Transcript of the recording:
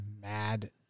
mad